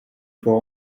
faut